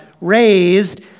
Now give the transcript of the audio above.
raised